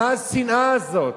מה השנאה הזאת?